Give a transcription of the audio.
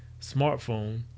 smartphone